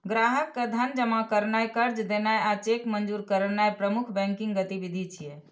ग्राहक के धन जमा करनाय, कर्ज देनाय आ चेक मंजूर करनाय प्रमुख बैंकिंग गतिविधि छियै